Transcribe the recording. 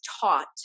taught